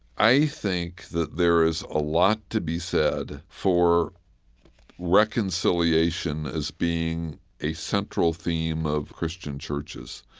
i think that there is a lot to be said for reconciliation as being a central theme of christian churches,